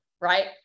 right